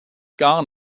gar